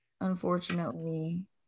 unfortunately